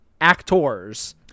actors